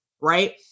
right